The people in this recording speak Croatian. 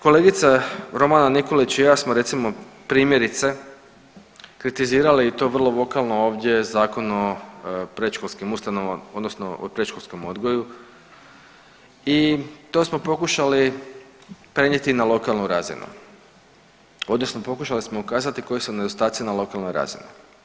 Kolegica Romana Nikolić i ja smo recimo, primjerice, kritizirali i to vrlo vokalno ovdje zakon o predškolskim ustanovama, odnosno o predškolskom odgoju i to smo pokušali prenijeti i na lokalnu razinu, odnosno pokušali smo ukazati koji su nedostaci na lokalnoj razini.